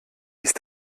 ist